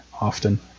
often